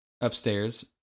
upstairs